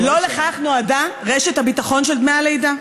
לא לכך נועדה רשת הביטחון של דמי הלידה.